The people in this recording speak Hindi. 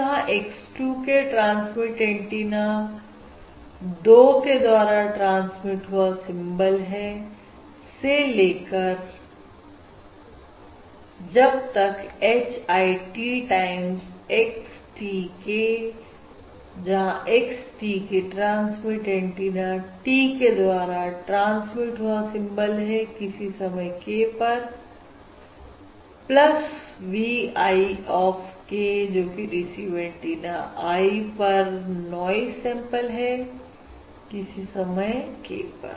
जहां x 2 k ट्रांसमिट एंटीना 2 के द्वारा ट्रांसमिट हुआ सिंबॉल है से लेकर और जब तक h i t times x t k जहां x t k transmit antenna t के द्वारा ट्रांसलेट हुआ सिंबल है किसी समय k पर v i ऑफ k जोकि रिसीव एंटीना i पर नॉइज सैंपल है किसी समय k पर